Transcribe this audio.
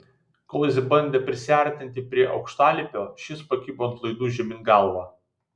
kol jis bandė prisiartinti prie aukštalipio šis pakibo ant laidų žemyn galva